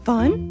Fun